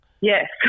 Yes